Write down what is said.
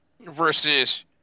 versus